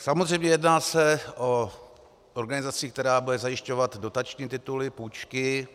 Samozřejmě se jedná o organizaci, která bude zajišťovat dotační tituly, půjčky.